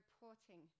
reporting